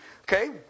Okay